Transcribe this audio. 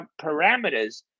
parameters